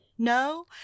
No